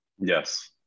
Yes